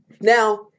Now